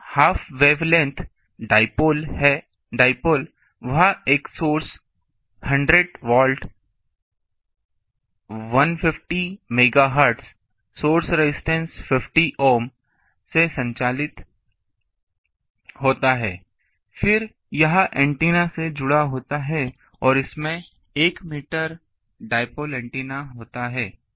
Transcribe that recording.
वह half wavelength dipole वह एक सोर्स जैसे 100 वाल्ट वस 150 MHz सोर्स रेजिस्टेंस 50 ohm से संचालित होता है फिर यह एंटीना से जुड़ा होता है और इसमें 1 मीटर डाइपोल एंटीना होता है